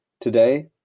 Today